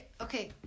okay